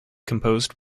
composed